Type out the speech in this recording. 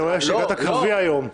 אני מבין שבאת קרבי היום.